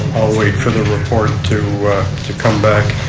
i'll wait for the report to to come back.